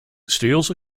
steals